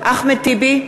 אחמד טיבי,